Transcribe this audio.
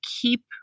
keep